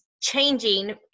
changing